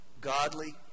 godly